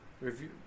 review